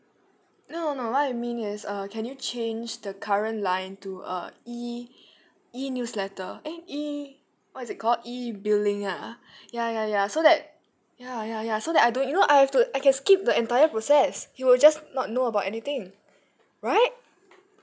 no no what I mean is uh can you change the current line to a E E newsletter eh E what is it called E billing ah ya ya ya so that ya ya ya so that I don't you know I've to I can skip the entire process he will just not know about anything right